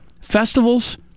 festivals